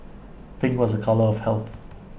pink was A colour of health